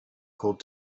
cold